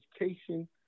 education